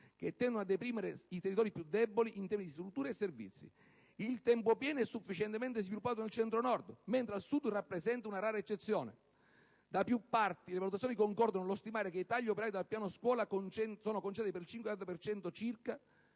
che tendono a deprimere sempre più i territori più deboli in termini di strutture e servizi. Il tempo pieno è sufficientemente sviluppato al Centro-Nord, mentre al Sud rappresenta una rara eccezione. Da più parti le valutazioni concordano nello stimare che i tagli operati dal piano scuola sono concentrati per circa